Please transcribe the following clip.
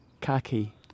khaki